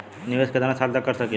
निवेश कितना साल तक कर सकीला?